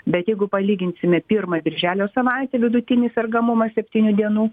bet jeigu palyginsime pirmą birželio savaitę vidutinį sergamumą septynių dienų